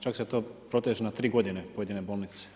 Čak se to proteže na 3 godine pojedine bolnice.